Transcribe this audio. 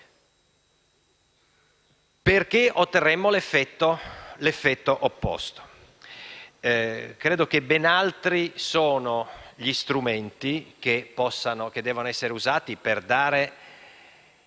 perché otterremmo l'effetto opposto. Credo che ben altri siano gli strumenti che devono essere usati per dare